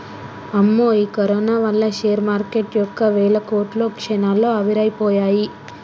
అమ్మో ఈ కరోనా వల్ల షేర్ మార్కెటు యొక్క వేల కోట్లు క్షణాల్లో ఆవిరైపోయాయి